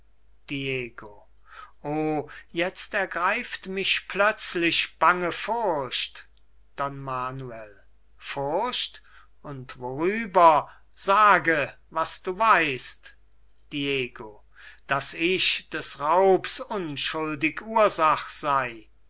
o jetzt ergreift mich plötzlich bange furcht don manuel furcht und worüber sage was du weißt diego daß ich des raubs unschuldig ursach sei